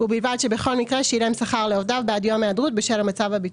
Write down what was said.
ובלבד שבכל מקרה שילם שכר לעובדיו בעד יום היעדרות בשל המצב הביטחוני,